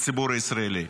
לציבור הישראלי,